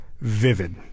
vivid